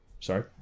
Sorry